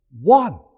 one